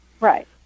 right